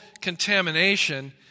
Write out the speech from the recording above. contamination